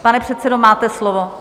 Pane předsedo, máte slovo.